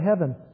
heaven